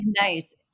nice